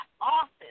office